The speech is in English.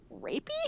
rapey